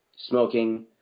smoking